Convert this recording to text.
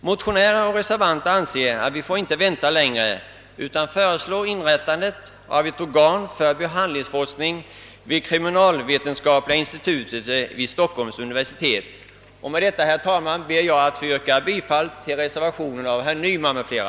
Motionärer och reservanter anser att vi inte får vänta längre, utan föreslår inrättandet av ett organ för behandlingsforskning vid kriminalvetenskapliga institutet vid Stockholms universitet. Herr talman! Med det anförda ber jag att få yrka bifall till reservationen av herr Nyman m.fl.